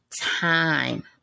time